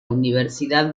universidad